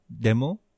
demo